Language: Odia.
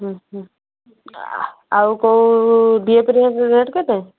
ହୁଁ ହୁଁ ଆଉ କୋଉ ଡିଏପିରେ ରେଟ୍ କେତେ